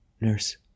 Nurse